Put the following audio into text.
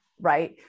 Right